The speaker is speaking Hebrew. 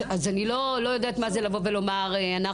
אז אני לא יודעת מה זה לבוא ולומר "אנחנו